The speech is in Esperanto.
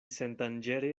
sendanĝere